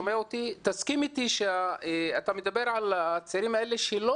תסכים איתי שאתה מדבר על הצעירים האלה שלא